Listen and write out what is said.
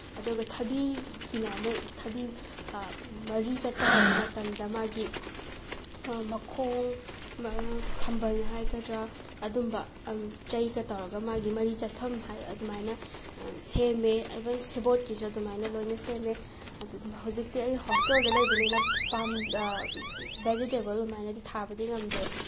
ꯑꯗꯨꯒ ꯊꯕꯤꯒꯤꯅ ꯑꯃꯨꯛ ꯊꯕꯤ ꯃꯔꯤ ꯆꯠꯄ ꯍꯧꯔꯛꯄ ꯃꯇꯝꯗ ꯃꯥꯒꯤ ꯃꯈꯣꯡ ꯁꯝꯕꯜ ꯍꯥꯏꯒꯗ꯭ꯔꯥ ꯑꯗꯨꯝꯕ ꯆꯩꯒ ꯇꯧꯔꯒ ꯃꯥꯒꯤ ꯃꯔꯤ ꯆꯠꯐꯝ ꯍꯥꯏ ꯑꯗꯨꯃꯥꯏꯅ ꯁꯦꯝꯃꯦ ꯏꯚꯟ ꯁꯦꯕꯣꯠꯀꯤꯁꯨ ꯑꯗꯨꯃꯥꯏꯅ ꯂꯣꯏꯅ ꯁꯦꯝꯃꯦ ꯑꯗꯨ ꯍꯧꯖꯤꯛꯇꯤ ꯑꯩ ꯍꯣꯁꯇꯦꯜꯗ ꯂꯩꯕꯅꯤꯅ ꯚꯦꯖꯤꯇꯦꯕꯜ ꯑꯗꯨꯃꯥꯏꯅꯗꯤ ꯊꯥꯕꯗꯤ ꯉꯝꯗꯦ